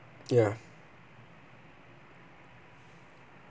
ya